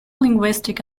linguistic